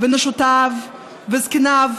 נשותיו וזקניו,